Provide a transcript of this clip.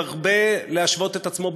מרבה להשוות את עצמו,